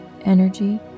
energy